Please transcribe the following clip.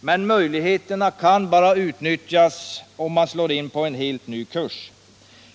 Men möjligheterna kan bara utnyttjas genom att man slår in på en helt ny kurs.